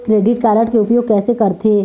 Credit card के उपयोग कैसे करथे?